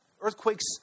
earthquakes